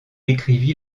écrivit